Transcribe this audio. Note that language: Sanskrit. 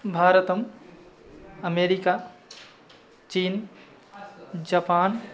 भारतम् अमेरिका चीन् जपान्